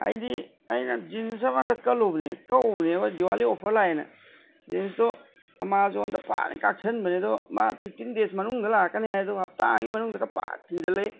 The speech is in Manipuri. ꯍꯥꯏꯗꯤ ꯑꯩꯅ ꯖꯤꯟꯁ ꯑꯃ ꯍꯟꯗꯛ ꯀꯠꯂꯨꯕꯅꯦ ꯀꯛꯎꯕꯅꯦ ꯍꯣꯏ ꯗꯤꯋꯥꯂꯤ ꯑꯣꯐꯔ ꯂꯥꯛꯑꯦꯅ ꯖꯤꯟꯁꯇꯣ ꯑꯥꯃꯥꯖꯣꯟꯗ ꯐꯖꯅ ꯀꯥꯛꯁꯟꯕꯅꯦ ꯑꯗꯣ ꯃꯥ ꯐꯤꯞꯇꯤꯟ ꯗꯦꯖ ꯃꯅꯨꯡꯗ ꯂꯥꯛꯀꯅꯤ ꯍꯥꯏ ꯑꯗꯨꯒ ꯍꯞꯇꯥ ꯑꯃꯒꯤ ꯃꯅꯨꯡꯗꯒ ꯐꯠ ꯊꯤꯟꯖꯤꯟꯂꯛꯏ